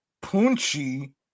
punchy